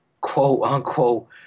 quote-unquote